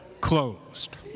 closed